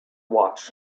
watch